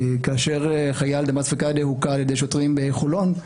כאשר החייל דמאס פיקדה הוכה על ידי שוטרים בחולון,